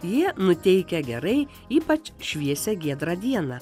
jie nuteikia gerai ypač šviesią giedrą dieną